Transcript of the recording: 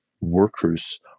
workers